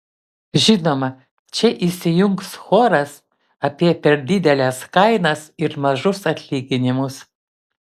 žinoma čia įsijungs choras apie per dideles kainas ir mažus atlyginimus